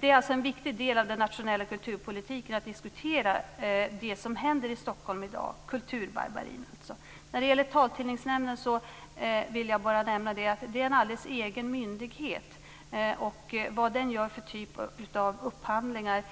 Det är alltså en viktig del av den nationella kulturpolitiken att diskutera det som händer i Stockholm i dag, dvs. kulturbarbariet. När det gäller Taltidningsnämnden vill jag bara nämna att det är en alldeles egen myndighet. Vad den gör för typ av upphandlingar